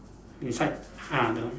inside ah the